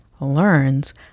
learns